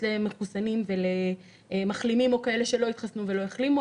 למחוסנים ולמחלימים או לכאלה שלא התחסנו ולא החלימו.